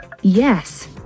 Yes